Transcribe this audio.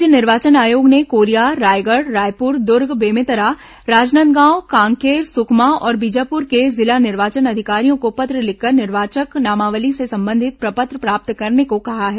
राज्य निर्वाचन आयोग ने कोरिया रायगढ़ रायपुर दुर्ग बेमेतरा राजनांदगांव कांकेर सुकमा और बीजापुर के जिला निर्वाचन अधिकारियों को पत्र लिखकर निर्वाचक नामावली से संबंधित प्रपत्र प्राप्त करने को कहा है